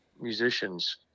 musicians